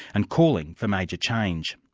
and calling for major change.